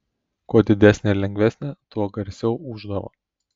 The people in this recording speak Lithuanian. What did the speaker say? kuo didesnė ir lengvesnė tuo garsiau ūždavo